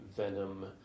Venom